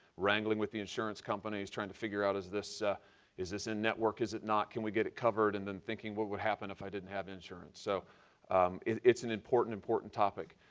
wrangling with the insurance companies, trying to figure out is this ah is this in network, is it not, can we get it covered and and thinking what would happen if i didn't have insurance. so it's an important, important topic.